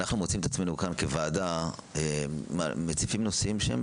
אנחנו מוצאים את עצמנו כאן כוועדה מציפים נושאים שהם